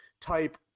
type